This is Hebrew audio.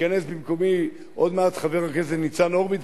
ייכנס במקומי עוד מעט חבר הכנסת ניצן הורוביץ,